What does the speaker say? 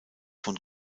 von